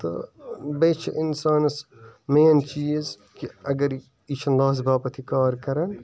تہٕ ٲں بیٚیہِ چھُ اِنسانَس مین چیٖز کہِ اَگَر یہِ چھُنہٕ لاسہٕ باپَتھ یہِ کار کَران